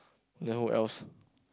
then who else